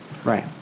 Right